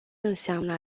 înseamnă